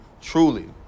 Truly